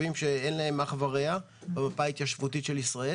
שאין לו אח ורע במפה ההתיישבותית של ישראל,